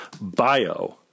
bio